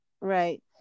Right